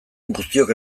guztiok